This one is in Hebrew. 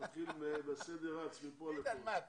אתנצל כי בסיום דבריי אני